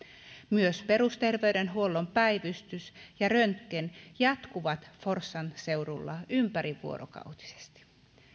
myös peruster veydenhuollon päivystys ja röntgen jatkuvat forssan seudulla ympärivuorokautisesti